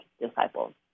disciples